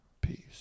peace